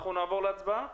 אנחנו נעבור להצבעה.